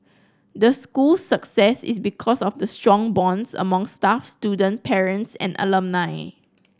the school's success is because of the strong bonds among staff student parents and alumni